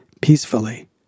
peacefully